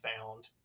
found